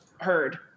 heard